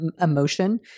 emotion